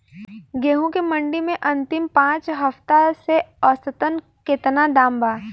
गेंहू के मंडी मे अंतिम पाँच हफ्ता से औसतन केतना दाम बा?